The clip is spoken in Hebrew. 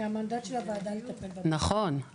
כי המנדט של הוועדה יטפל --- נכון,